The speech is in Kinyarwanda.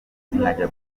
nkajya